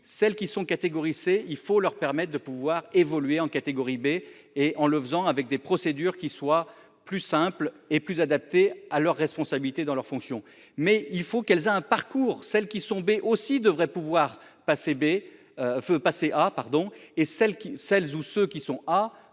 celles qui sont catégorisés il faut leur permettent de pouvoir évoluer en catégorie B et en le faisant avec des procédures qui soit plus simple et plus adaptés à leurs responsabilités dans leurs fonctions, mais il faut qu'elles aient un parcours celles qui sont bé aussi devrait pouvoir passer bé veut passer. Ah